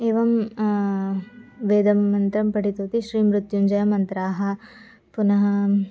एवं वेदं मन्त्रं पठितवती श्रीमृत्युञ्जयमन्त्राणि पुनः